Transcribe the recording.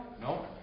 No